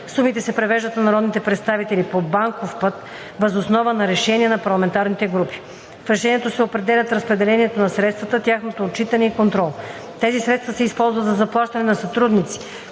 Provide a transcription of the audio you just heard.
Сумите се превеждат на народните представители по банков път въз основа на решение на парламентарните групи. В решението се определят разпределението на средствата, тяхното отчитане и контрол. Тези средства се използват за заплащане на сътрудници,